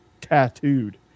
tattooed